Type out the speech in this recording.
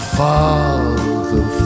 father